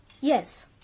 Yes